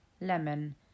lemon